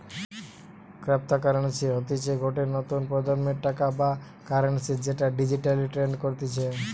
cryptocurrency হতিছে গটে নতুন প্রজন্মের টাকা বা কারেন্সি যেটা ডিজিটালি ট্রেড করতিছে